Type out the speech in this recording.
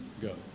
go